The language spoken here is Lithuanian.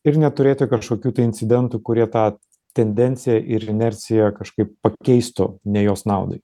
ir neturėti kažkokių tai incidentų kurie tą tendenciją ir inercija kažkaip pakeistų ne jos naudai